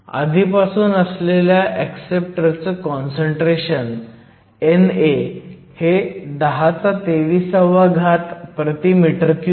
आधीपासून असलेल्या ऍक्सेप्टरचं काँसंट्रेशन NA हे 1023 m 3 एवढं आहे